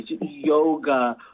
yoga